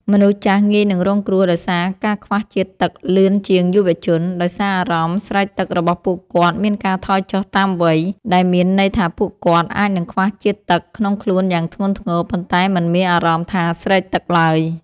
មនុស្សចាស់ងាយនឹងរងគ្រោះដោយសារការខ្វះជាតិទឹកលឿនជាងយុវជន ដោយសារអារម្មណ៍ស្រេកទឹករបស់ពួកគាត់មានការថយចុះតាមវ័យ ដែលមានន័យថាពួកគាត់អាចនឹងខ្វះជាតិទឹកក្នុងខ្លួនយ៉ាងធ្ងន់ធ្ងរ ប៉ុន្តែមិនមានអារម្មណ៍ថាស្រេកទឹកឡើយ។